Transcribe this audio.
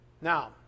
Now